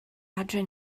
adre